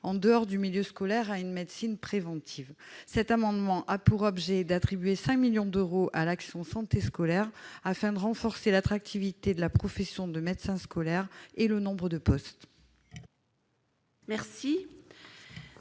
en dehors du milieu scolaire à une médecine préventive, cet amendement a pour objet d'attribuer 5 millions d'euros à l'axe sont santé scolaire afin de renforcer l'attractivité de la profession de médecin scolaire et le nombre de postes. Merci.